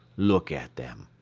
look at them.